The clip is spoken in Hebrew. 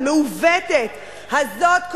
המעוותת הזאת,